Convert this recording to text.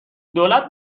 دولت